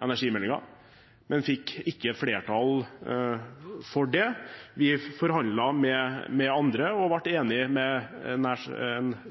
energimeldingen, men fikk ikke flertall for det. Vi forhandlet med andre og ble enige med en